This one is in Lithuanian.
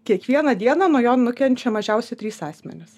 kiekvieną dieną nuo jo nukenčia mažiausiai trys asmenys